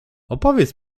opowiedz